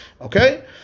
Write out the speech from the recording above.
Okay